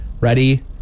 Ready